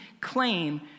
claim